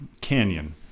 canyon